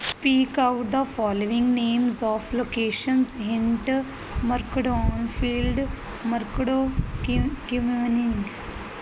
speak out the following name of locations hid Mercadon field Mercado ਕਿ ਕਿਉਮਨਿੰਗ